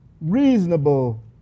reasonable